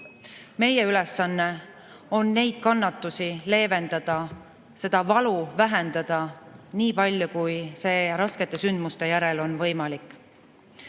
Meie ülesanne on neid kannatusi leevendada ja seda valu vähendada, niipalju kui see raskete sündmuste järel on võimalik.